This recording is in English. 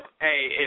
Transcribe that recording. hey